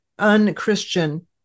Unchristian